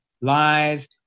lies